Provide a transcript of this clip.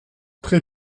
très